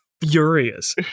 furious